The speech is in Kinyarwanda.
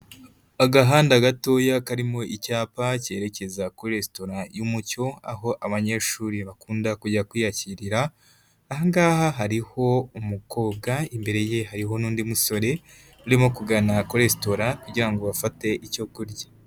Agahanda gatoya karimo icyapa cyerekeza kuri resitora y'umucyo, aho abanyeshuri bakunda kujya kwiyakirira, aha ngaha hariho umukobwa, imbere ye hariho n'undi musore, urimo kugana kuri resitora kugira ngo bafate icyo kurya.